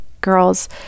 girls